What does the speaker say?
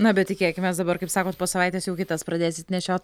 na bet tikėkimės dabar kaip sakot po savaitės jau kitas pradėsit nešiot